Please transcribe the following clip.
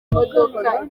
imodoka